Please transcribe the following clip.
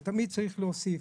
ותמיד צריך להוסיף.